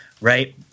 right